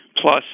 plus